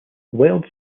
wild